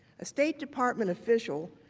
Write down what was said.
a state department official,